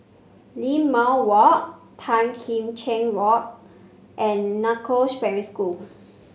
Limau Walk Tan Kim Cheng Road and Northoaks Primary School